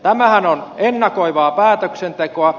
tämähän on ennakoivaa päätöksentekoa